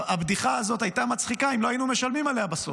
הבדיחה הזאת הייתה מצחיקה אם לא היינו משלמים עליה בסוף.